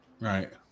Right